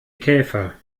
käfer